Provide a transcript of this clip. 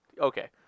okay